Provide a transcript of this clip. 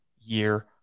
year